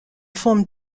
forme